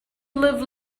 live